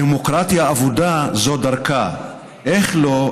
/ דמוקרטיה אבודה זו דרכה / איך לא,